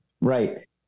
Right